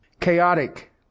Chaotic